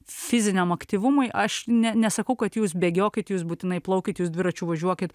fiziniam aktyvumui aš ne nesakau kad jūs bėgiokit jūs būtinai plaukit jūs dviračiu važiuokit